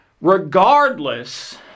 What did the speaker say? regardless